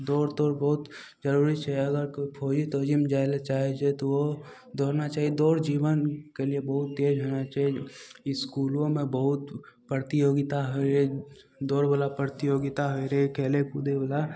दौड़ तौड़ बहुत जरूरी छै अगर कोइ फौजी तौजीमे जाइ लए चाहय छै तऽ उ दौड़ना चाही दौड़ जीवनके लिये बहुत तेज होना चाही इसकुलोमे बहुत प्रतियोगिता होइ रहय दौड़वला प्रतियोगिता होइ रहय खेले कूदयवला